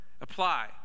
Apply